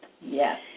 Yes